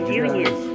union